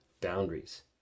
boundaries